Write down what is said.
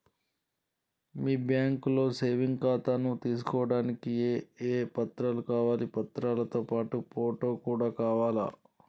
మీ బ్యాంకులో సేవింగ్ ఖాతాను తీసుకోవడానికి ఏ ఏ పత్రాలు కావాలి పత్రాలతో పాటు ఫోటో కూడా కావాలా?